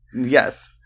Yes